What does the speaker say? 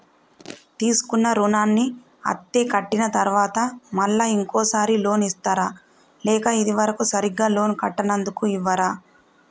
తీసుకున్న రుణాన్ని అత్తే కట్టిన తరువాత మళ్ళా ఇంకో సారి లోన్ ఇస్తారా లేక ఇది వరకు సరిగ్గా లోన్ కట్టనందుకు ఇవ్వరా?